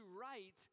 write